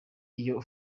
iyo